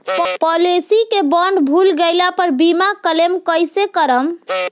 Policy के bond भुला गैला पर बीमा क्लेम कईसे करम?